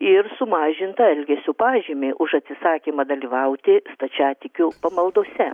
ir sumažintą elgesio pažymį už atsisakymą dalyvauti stačiatikių pamaldose